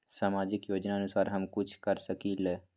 सामाजिक योजनानुसार हम कुछ कर सकील?